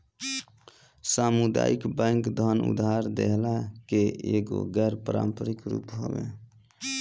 सामुदायिक बैंक धन उधार देहला के एगो गैर पारंपरिक रूप हवे